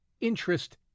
interest